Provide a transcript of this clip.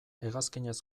hegazkinez